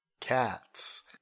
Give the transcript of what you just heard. cats